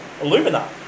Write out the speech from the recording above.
alumina